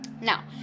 Now